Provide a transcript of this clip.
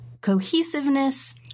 cohesiveness